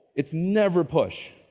it's never push.